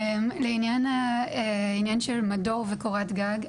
לעניין של מדור וקורת גג,